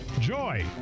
Joy